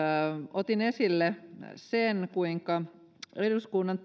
otin esille sen kuinka eduskunnan